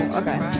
okay